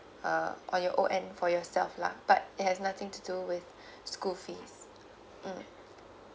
uh on your own and for yourself lah but it has nothing to do with school fees mm